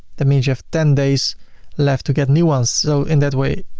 that means you have ten days left to get new ones. so in that way,